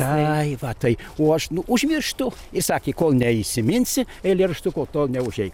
ai va tai o aš nu užmirštu ir sakė kol neįsiminsi eilėraštuko tol neužeik